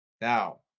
Now